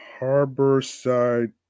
Harborside